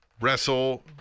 wrestle